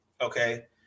Okay